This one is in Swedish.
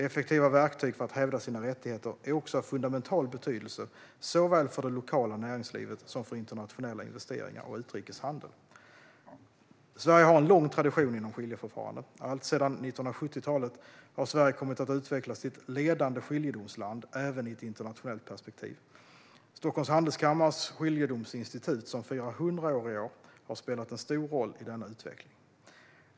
Effektiva verktyg för att hävda sina rättigheter är också av fundamental betydelse såväl för det lokala näringslivet som för internationella investeringar och utrikeshandel. Sverige har en lång tradition inom skiljeförfarande. Alltsedan 1970-talet har Sverige kommit att utvecklas till ett ledande skiljedomsland även i ett internationellt perspektiv. Stockholms Handelskammares Skiljedomsinstitut, som firar 100 år i år, har spelat en stor roll i denna utveckling.